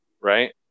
Right